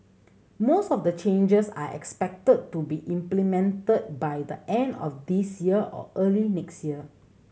most of the changes are expected to be implemented by the end of this year or early next year